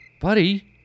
Buddy